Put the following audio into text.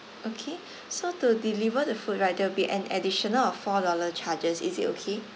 okay so to deliver the food right there'll be an additional of four dollar charges is it okay